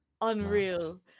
Unreal